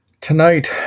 Tonight